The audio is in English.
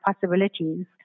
possibilities